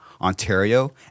Ontario